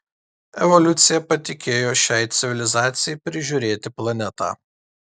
evoliucija patikėjo šiai civilizacijai prižiūrėti planetą